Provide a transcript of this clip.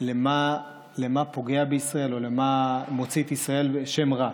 למה פוגע בישראל ומה מוציא לישראל שם רע.